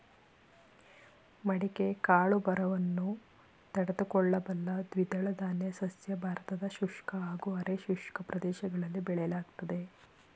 ಮಡಿಕೆ ಕಾಳು ಬರವನ್ನು ತಡೆದುಕೊಳ್ಳಬಲ್ಲ ದ್ವಿದಳಧಾನ್ಯ ಸಸ್ಯ ಭಾರತದ ಶುಷ್ಕ ಹಾಗೂ ಅರೆ ಶುಷ್ಕ ಪ್ರದೇಶಗಳಲ್ಲಿ ಬೆಳೆಯಲಾಗ್ತದೆ